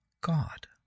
God